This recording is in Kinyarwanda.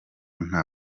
nta